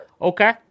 Okay